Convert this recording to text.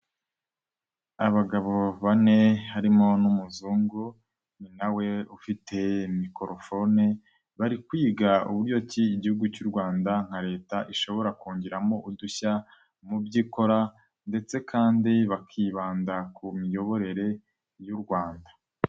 Abagabo bane harimo n'umuzungu ni na we ufite mikorofone, bari kwiga uburyo ki igihugu cy'u Rwanda nka Leta ishobora kongeramo udushya mu byo ikora ndetse kandi bakibanda ku miyoborere y'u Rwanda.